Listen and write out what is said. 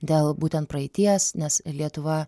dėl būtent praeities nes lietuva